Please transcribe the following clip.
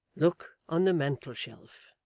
look on the mantelshelf